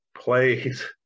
plays